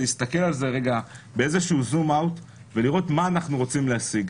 להסתכל על זה רגע בזום אאוט ולראות מה אנחנו רוצים להשיג.